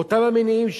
מאותם המניעים שלו,